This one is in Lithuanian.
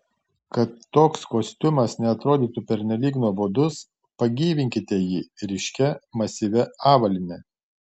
kad toks kostiumas neatrodytų pernelyg nuobodus pagyvinkite jį ryškia masyvia avalyne